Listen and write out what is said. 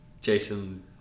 Jason